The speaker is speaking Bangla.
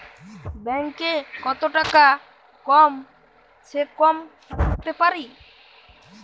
ব্যাঙ্ক এ কত টাকা কম সে কম রাখতে পারি?